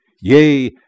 Yea